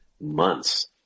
months